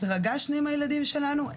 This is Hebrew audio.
התרגשנו יחד עם הילדים שלנו,